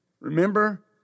Remember